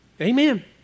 Amen